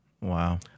Wow